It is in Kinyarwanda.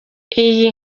iyi